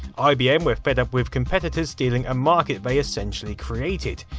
ibm were fed up with competitors stealing a market they essentially created,